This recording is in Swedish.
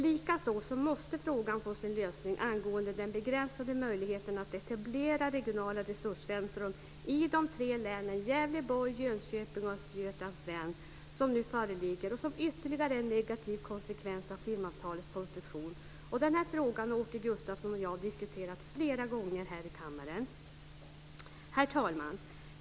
Likaså måste frågan få sin lösning angående den begränsade möjligheten att etablera regionala resurscentrum i de tre länen Gävleborg, Jönköping och Östergötland som nu föreligger och som är ytterligare en negativ konsekvens av filmavtalets konstruktion. Den här frågan har Åke Gustavsson och jag diskuterat flera gånger här i kammaren. Herr talman!